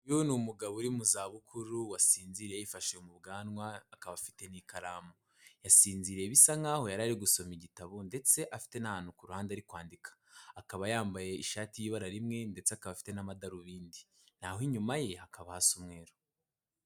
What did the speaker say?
Uyu ni umugabo uri mu za bukuru wasinziriye yifashe mu bwanwa, akaba afite n'ikaramu. Yasinziriye bisa nkaho yari ari gusoma igitabo ndetse afite n'ahantu ku ruhande ari kwandika. Akaba yambaye ishati y'ibara rimwe, ndetse akaba afite n'amadarubindi. Naho inyuma ye hakaba hasa umweru.